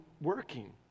working